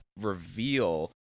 reveal